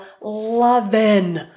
loving